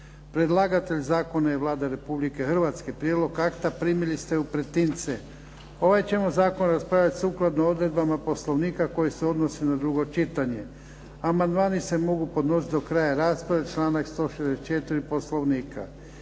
Predlagatelj zakona je Vlada Republike Hrvatske. Prijedlog akta primili ste u pretince. Ovaj ćemo zakon raspravljat sukladno odredbama Poslovnika koje se odnose na drugo čitanje. Amandmani se mogu podnositi do kraja rasprave, članak 164. Poslovnika.